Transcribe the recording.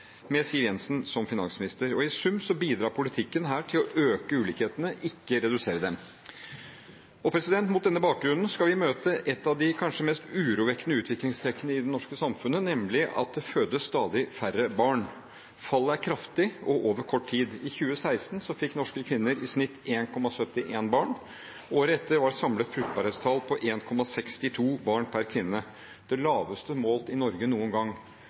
med Siv Jensen som finansminister. I sum bidrar denne politikken til å øke ulikhetene – ikke til å redusere dem. Mot denne bakgrunnen skal vi møte et av de kanskje mest urovekkende utviklingstrekkene i det norske samfunnet, nemlig at det fødes stadig færre barn. Fallet er kraftig og over kort tid. I 2016 fikk norske kvinner i snitt 1,71 barn. Året etter var samlet fruktbarhetstall 1,62 barn per kvinne – det laveste målt i Norge noen gang.